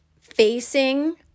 facing